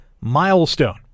milestone